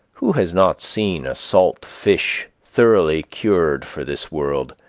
who has not seen a salt fish, thoroughly cured for this world,